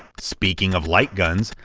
speaking of light guns,